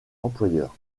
employeur